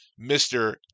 Mr